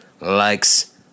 Likes